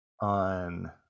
on